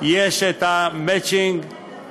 יש מצ'ינג, אתה צודק,